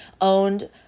owned